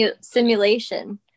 simulation